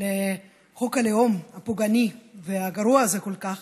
חוק הלאום הפוגעני והגרוע הזה כל כך,